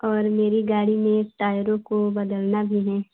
और मेरी गाड़ी में एक टायर को बदलना भी है